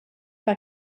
par